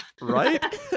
Right